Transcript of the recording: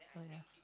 oh yeah